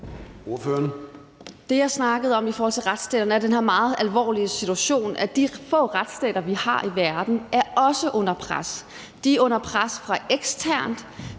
Det, jeg snakkede om i forhold til retsstaten, er den her meget alvorlige situation, at de få retsstater, vi har i verden, også er under pres. De er under pres eksternt,